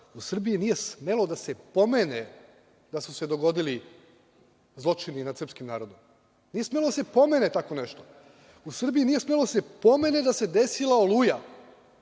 u Srbiji nije smelo da se pomene da su se dogodili zločini nad srpskim narodom. Nije smelo da se pomene tako nešto. U Srbiji nije smelo da se pomene da se desila "Oluja".